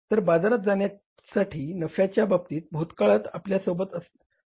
तर बाजारात जाण्यासाठी नफ्याच्या बाबतीत भूतकाळात आपल्यासोबत असे घडले आहे